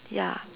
ya